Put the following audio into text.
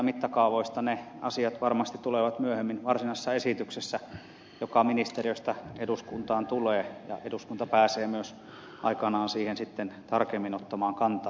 ne asiat varmasti tulevat myöhemmin varsinaisessa esityksessä joka ministeriöstä eduskuntaan tulee ja eduskunta pääsee myös aikanaan siihen sitten tarkemmin ottamaan kantaa